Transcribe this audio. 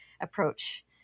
approach